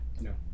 No